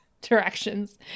directions